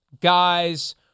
guys